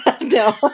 No